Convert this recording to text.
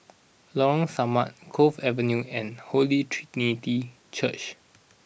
Lorong Samak Cove Avenue and Holy Trinity Church